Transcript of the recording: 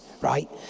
right